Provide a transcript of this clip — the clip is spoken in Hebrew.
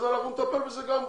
אז אנחנו נטפל בזה גם כן.